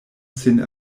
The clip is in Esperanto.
sin